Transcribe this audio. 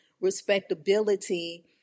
respectability